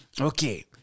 Okay